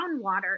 groundwater